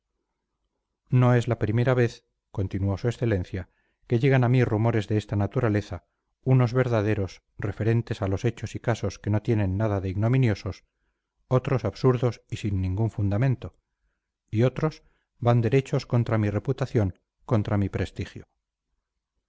no es la primera vez continuó su excelencia que llegan a mí rumores de esta naturaleza unos verdaderos referentes a los hechos y casos que no tienen nada de ignominiosos otros absurdos y sin ningún fundamento y otros van derechos contra mi reputación contra mi prestigio